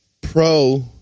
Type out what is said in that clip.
pro